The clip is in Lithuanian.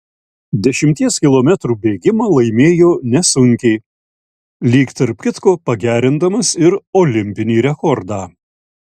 dešimties kilometrų bėgimą laimėjo nesunkiai lyg tarp kitko pagerindamas ir olimpinį rekordą